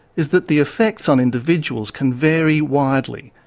is that the effects on individuals can vary widely.